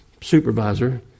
supervisor